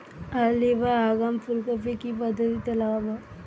Early বা আগাম ফুল কপি কি পদ্ধতিতে লাগাবো?